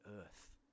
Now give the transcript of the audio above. earth